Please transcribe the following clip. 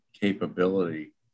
capability